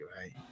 right